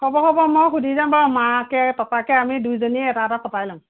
হ'ব হ'ব মই সুধি যাম বাৰু মাকে পাপাকে আমি দুইজনীয়ে এটা এটা পটাই ল'ম